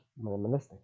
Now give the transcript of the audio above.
minimalistic